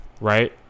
Right